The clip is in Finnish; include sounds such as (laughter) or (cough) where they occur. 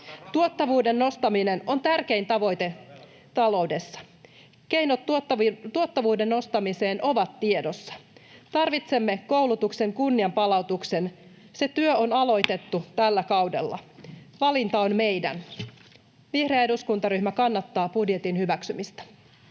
Tuottavuuden nostaminen on tärkein tavoite taloudessa. Keinot tuottavuuden nostamiseen ovat tiedossa. Tarvitsemme koulutuksen kunnianpalautuksen. (noise) Se työ on aloitettu tällä kaudella. Valinta on meidän. Vihreä eduskuntaryhmä kannattaa budjetin hyväksymistä.